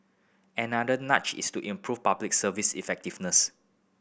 another nudge is to improve Public Service effectiveness